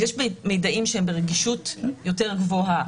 יש מידעים שהם ברגישות יותר גבוהה.